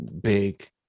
big